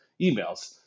emails